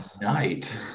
night